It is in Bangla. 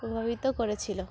প্রভাবিত করেছিল